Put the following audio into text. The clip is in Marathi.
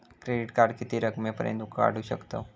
क्रेडिट कार्ड किती रकमेपर्यंत काढू शकतव?